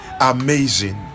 Amazing